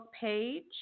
page